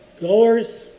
goers